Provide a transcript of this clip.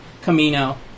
Camino